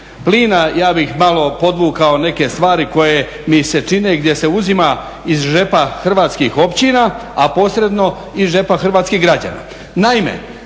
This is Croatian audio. plina malo podvukao neke stvari koje mi se čine gdje se uzima iz džepa hrvatskih općina, a posredno iz džepa hrvatskih građana.